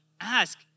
ask